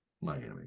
Miami